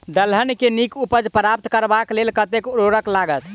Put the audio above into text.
दलहन केँ नीक उपज प्राप्त करबाक लेल कतेक उर्वरक लागत?